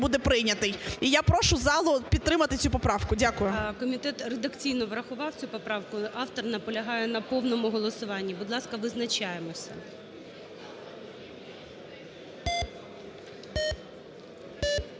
буде прийнятий. І я прошу залу підтримати цю поправку. Дякую. ГОЛОВУЮЧИЙ. Комітет редакційно врахував цю поправку, автор наполягає на повному голосуванні. Будь ласка, визначаємося.